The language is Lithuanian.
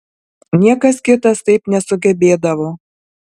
niekas kitas taip nesugebėdavo